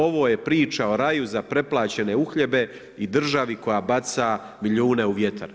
Ovo je priča o raju za preplaćene uhljebe i državi koja baca milijune u vjetar.